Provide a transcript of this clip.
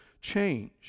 change